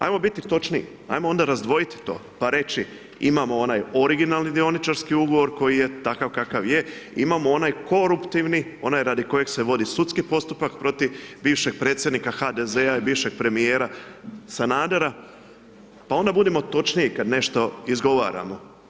Ajmo biti točniji, ajmo onda razdvojiti to, pa reći, imamo onaj originalni dioničarski ugovor koji je takav kakav je, imamo onaj koruptivni, onaj radi kojeg se vodi sudski postupak protiv bivšeg predsjednika HDZ-a i bivšeg premijera Sanadera, pa onda budimo točniji kada nešto izgovaramo.